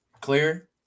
clear